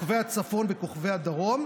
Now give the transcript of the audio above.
כוכבי הצפון וכוכבי הדרום.